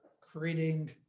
creating